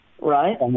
Right